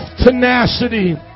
tenacity